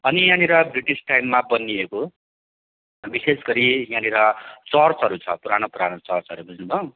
अनि यहाँनिर ब्रिटिस टाइममा बनिएको विशेष गरी यहाँनिर चर्चहरू छ पुरानो पुरानो चर्चहरू बुझ्नुभयो